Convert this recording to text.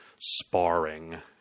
sparring